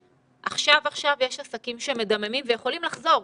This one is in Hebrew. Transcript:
עכשיו-עכשיו יש עסקים שמדממים ויכולים לחזור.